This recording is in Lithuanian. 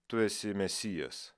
tu esi mesijas